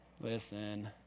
listen